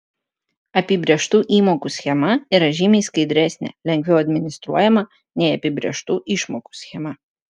apibrėžtų įmokų schema yra žymiai skaidresnė lengviau administruojama nei apibrėžtų išmokų schema